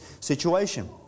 situation